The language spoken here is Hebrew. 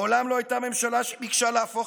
מעולם לא הייתה ממשלה שביקשה להפוך